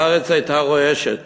הארץ הייתה רועשת